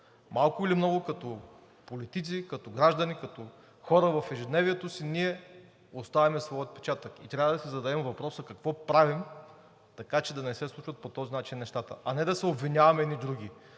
Малко или много като политици, като граждани, като хора в ежедневието си, ние оставяме своя отпечатък и трябва да си зададем въпроса какво правим, така че да не се случват по този начин нещата, а не да се обвиняваме едни други.